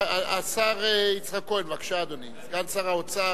השר יצחק כהן, סגן שר האוצר,